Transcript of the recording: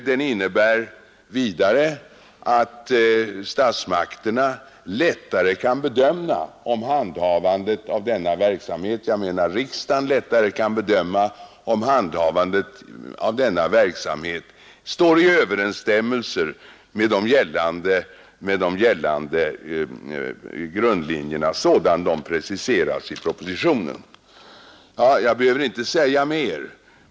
Den innebär vidare att riksdagen lättare kan bedöma om handhavandet av denna verksamhet står i överensstämmelse med de gällande grundlinjerna sådana de preciseras i propositionen. Jag behöver inte säga mer.